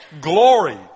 glory